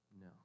No